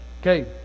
Okay